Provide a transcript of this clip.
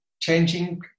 changing